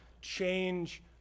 Change